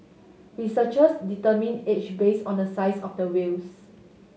researchers determine age base on the size of the whales